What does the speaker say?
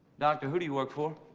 doctor, who do you work for?